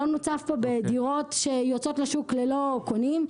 שלא נוצף פה בדירות שיוצאות לשוק ללא קונים.